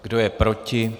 Kdo je proti?